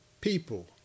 people